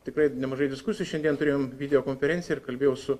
tikrai nemažai diskusijų šiandien turėjom video konferenciją ir kalbėjau su